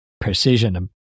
precision